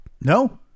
No